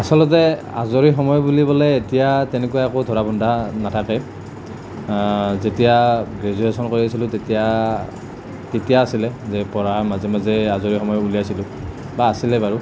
আচলতে আজৰি সময় বুলিবলৈ এতিয়া তেনেকুৱা কোনো ধৰা বন্ধা নাথাকে যেতিয়া গ্ৰেজুয়েচন কৰি আছিলোঁ তেতিয়া তেতিয়া আছিলে যে পঢ়াৰ মাজে মাজে আজৰি সময় উলিয়াইছিলোঁ বা আছিলে বাৰু